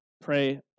pray